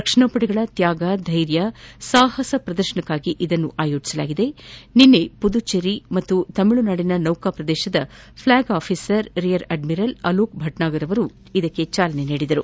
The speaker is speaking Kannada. ರಕ್ಷಣಾ ಪಡೆಗಳ ತ್ಯಾಗ ಧೈರ್ಯ ಸಾಹಸಗಳ ಪ್ರದರ್ಶನಕ್ಕಾಗಿ ಆಯೋಜಿಸಲಾಗಿರುವ ಈ ಪ್ರದರ್ಶನಕ್ಕೆ ನಿನ್ನೆ ಪುದುಚೆರಿ ಮತ್ತು ತಮಿಳುನಾಡಿನ ನೌಕಾ ಪ್ರದೇಶದ flag officer rear admiral Alok Bhatnagar ಚಾಲನೆ ನೀಡಿದರು